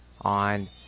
on